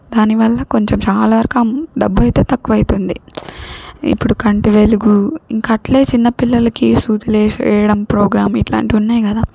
దాని వల్ల కొంచెం చాలా వరకు అమ్ డబ్బయితే తక్కువయితుంది ఇప్పుడు కంటి వెలుగు ఇంకా అట్లే చిన్న పిల్లలకి సూదులు వేసే వెయ్యడం ప్రోగ్రాం ఇట్లాంటివి ఉన్నాయి కదా